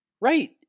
Right